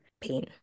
pain